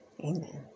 Amen